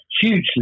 hugely